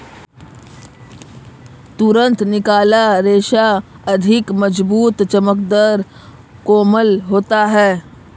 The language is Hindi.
तुरंत निकाला रेशा अधिक मज़बूत, चमकदर, कोमल होता है